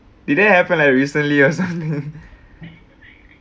did that happened like recently or something